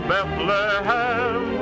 Bethlehem